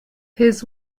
his